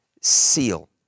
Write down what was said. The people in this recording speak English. SEAL